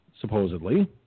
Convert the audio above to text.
supposedly